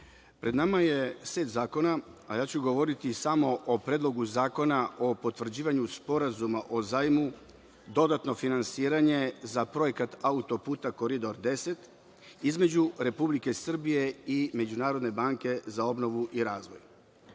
pred nama je set zakona, a ja ću govoriti samo o Predlogu zakona o potvrđivanju Sporazuma o zajmu, dodatno finansiranje za projekat autoputa Koridor 10, između Republike Srbije i Međunarodne banke za obnovu i razvoj. Kao